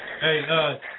Hey